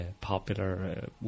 popular